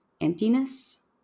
emptiness